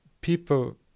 people